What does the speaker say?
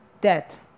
debt